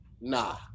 nah